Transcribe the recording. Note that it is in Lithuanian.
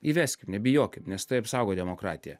įveskim nebijokit nes tai apsaugo demokratiją